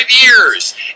years